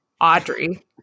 Audrey